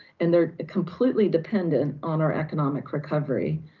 and they're ah completely dependent on our economic recovery.